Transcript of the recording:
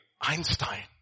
Einstein